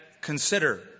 consider